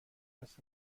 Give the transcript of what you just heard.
دست